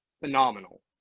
phenomenal